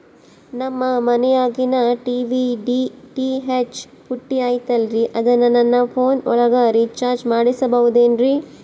ನಮ್ಮ ಮನಿಯಾಗಿನ TV DTH ಪುಟ್ಟಿ ಐತಲ್ರೇ ಅದನ್ನ ನನ್ನ ಪೋನ್ ಒಳಗ ರೇಚಾರ್ಜ ಮಾಡಸಿಬಹುದೇನ್ರಿ?